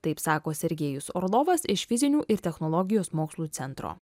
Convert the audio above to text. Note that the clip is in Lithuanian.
taip sako sergėjus orlovas iš fizinių ir technologijos mokslų centro